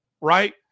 Right